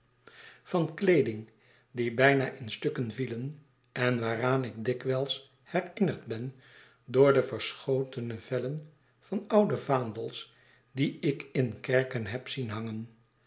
van kleeding die bijna in stukken vielen en waaraan ik later dikwijls herinnerd ben door de verschotene vellen van oude vaandels die ik in kerken heb zien hangen